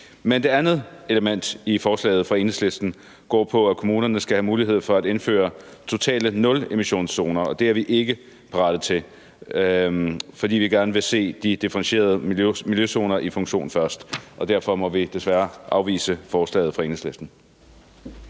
Men det andet element i forslaget fra Enhedslisten går på, at kommunerne skal have mulighed for at indføre totale nulemissionszoner, og det er vi ikke parate til, fordi vi gerne vil se de differentierede miljøzoner i funktion først. Og derfor må vi desværre afvise forslaget fra Enhedslisten.